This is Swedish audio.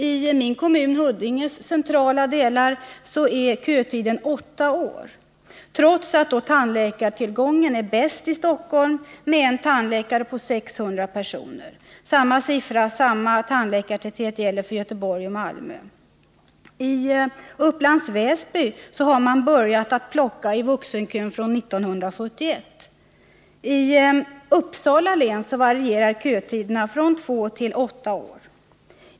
I de centrala delarna av min hemkommun, Huddinge, är kötiden åtta år — trots att tandläkartillgången är bäst i Stockholm med 1 tandläkare på 600 personer. Samma tandläkartäthet råder i Göteborg och Malmö. I Upplands Väsby har man börjat plocka folk som stått i vuxenkön sedan 1971. I Uppsala län varierar kötiderna mellan två och åtta år.